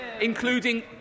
including